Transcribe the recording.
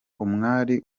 uwari